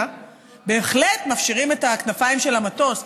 בהחלט מפשירים את הכנפיים של המטוס.